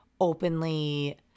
openly